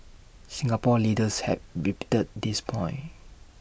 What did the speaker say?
Singapore leaders have repeated this point